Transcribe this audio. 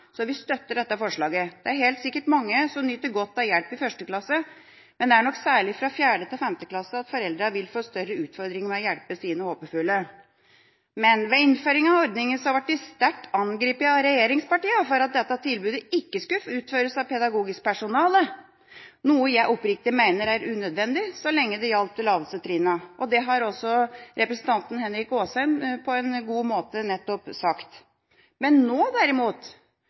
så vi støtter dette forslaget. Det er helt sikkert mange som nyter godt av hjelp i 1. klasse, men det er nok særlig fra 4.–5. klasse at foreldrene vil få større utfordringer med å hjelpe sine håpefulle. Ved innføringa av ordninga ble jeg sterkt angrepet av de nåværende regjeringspartiene fordi tilbudet ikke skulle utføres av pedagogisk personale – noe jeg oppriktig mener er unødvendig så lenge det gjelder de laveste trinnene. Det har også representanten Henrik Asheim på en god måte nettopp sagt. Nå derimot kan skolene sette inn leksehjelpen der de mener den vil være mest effektfull, men nå